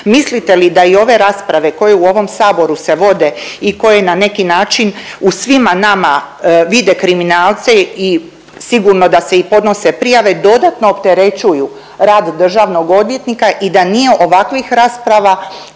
Mislite li da i ove rasprave koje u ovom saboru se vode i koje na neki način u svima nama vide kriminalce i sigurno da se i podnose prijave dodatno opterećuju rad državnog odvjetnika i da nije ovakvih rasprava